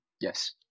Yes